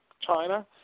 China